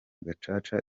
gacaca